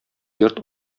йорт